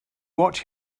watch